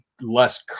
less